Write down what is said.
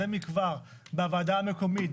זה מכבר בוועדה המקומית,